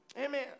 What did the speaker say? Amen